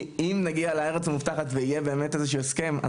אם נגיע לארץ המובטחת ויהיה באמת איזה שהוא הסכם,